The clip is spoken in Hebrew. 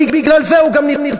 ובגלל זה הוא גם נרצח,